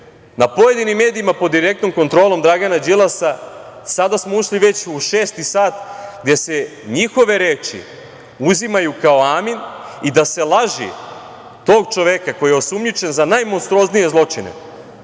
Na pojedinim medijama pod direktnom kontrolom Dragana Đilasa sada smo ušli već u šesti sat gde se njihove reči uzimaju kao amin i da se laži tog čoveka koji je osumnjičen za najmonstruoznije zločine